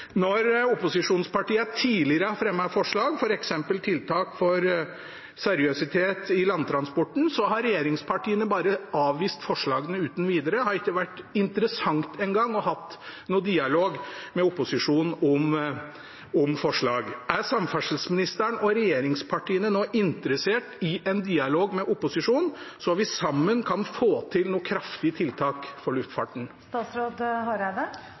Når opposisjonspartiene tidligere har fremmet forslag, f.eks. om tiltak for seriøsitet i landtransporten, har regjeringspartiene bare avvist forslagene uten videre. Det har ikke engang vært interessant å ha en dialog med opposisjonen om forslag. Er samferdselsministeren og regjeringspartiene nå interessert i en dialog med opposisjonen, så vi sammen kan få til noen kraftige tiltak for